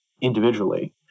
individually